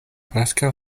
preskaŭ